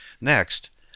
Next